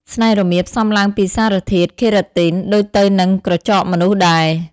ស្នែងរមាសផ្សំឡើងពីសារធាតុ keratin ដូចទៅនឹងក្រចកមនុស្សដែរ។